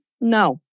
no